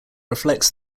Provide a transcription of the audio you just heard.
reflects